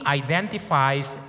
identifies